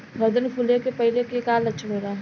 गर्दन फुले के पहिले के का लक्षण होला?